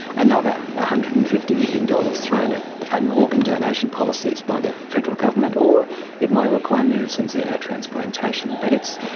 another one hundred and fifty million dollars thrown at um organ donation policies by the federal government, or it might require moves in xenotransplantation. but it's.